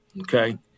okay